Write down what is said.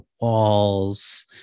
walls